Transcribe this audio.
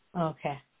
Okay